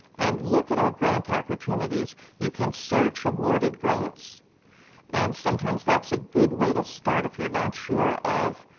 and look at our grant opportunities. you can search awarded grants and sometimes that's a good way to start if you're not sure of